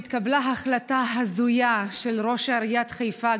התקבלה החלטה הזויה של ראש עיריית חיפה,